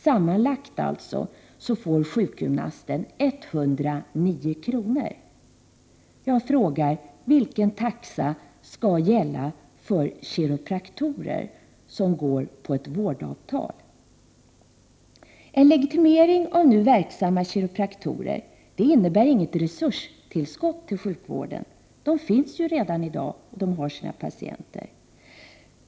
Sammanlagt får sjukgymnasten 109 kr. Vilken taxa skall gälla för kiropraktorer som går på ett vårdavtal? En legitimering av nu verksamma kiropraktorer innebär inget resurstillskott till sjukvården. De finns ju redan i dag och har sina patienter.